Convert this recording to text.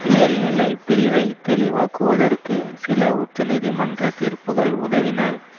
மேல்நிலை பிரிவைத் தெளிவாக்குவதற்கு சில உச்ச நீதிமன்ற தீர்ப்புகள் உதவின